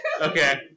Okay